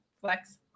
flex